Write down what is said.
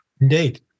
Indeed